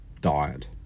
diet